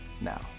now